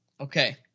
Okay